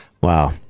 Wow